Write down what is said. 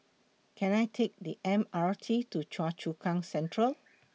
Can I Take The M R T to Choa Chu Kang Central